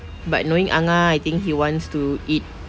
but knowing angah I think he wants to eat